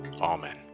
Amen